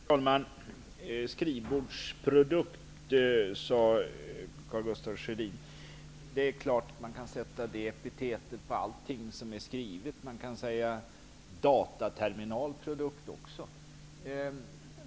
Herr talman! Karl Gustaf Sjödin kallade detta för en skrivbordsprodukt. Det är klart att man kan sätta det epitetet på allt som är skrivet. Man kan säga dataterminalprodukt också.